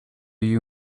you